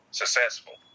successful